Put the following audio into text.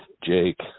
Jake